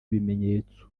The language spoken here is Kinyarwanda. ibimenyetso